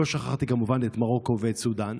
לא שכחתי כמובן את מרוקו ואת סודאן.